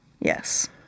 Yes